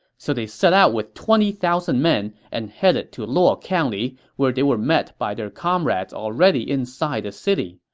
so they set out with twenty thousand men and headed to luo ah county, where they were met by their comrades already inside the city.